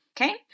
Okay